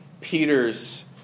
Peter's